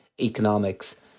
economics